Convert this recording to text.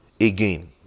again